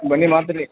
ಬನ್ನಿ ಮಾತಾಡಿ